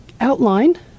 outline